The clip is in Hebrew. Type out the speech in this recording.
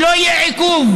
שלא יהיה עיכוב.